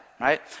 Right